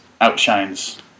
outshines